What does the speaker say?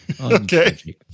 Okay